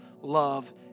love